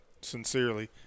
sincerely